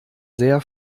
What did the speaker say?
sehr